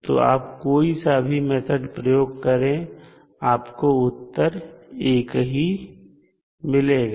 तो आप कोई सा भी मेथड प्रयोग करें आपको उत्तर एक ही मिलेगा